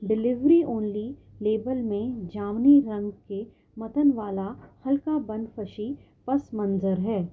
delivery only label میں جامنی رنگ کے متن والا ہلکا بنفشی پس منظر ہے